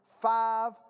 five